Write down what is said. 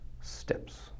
steps